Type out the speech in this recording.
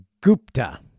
Gupta